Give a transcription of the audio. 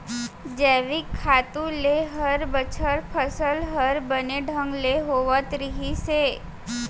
जैविक खातू ले हर बछर फसल हर बने ढंग ले होवत रहिस हे